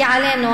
כי עלינו,